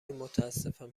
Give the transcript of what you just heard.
متاسفم